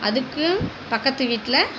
அதுக்கு பக்கத்து வீட்டில்